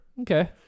Okay